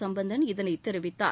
சும்பந்தன் இதனைத் தெரிவித்தார்